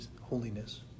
holiness